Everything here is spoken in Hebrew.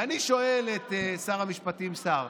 ואני שואל את שר המשפטים סער: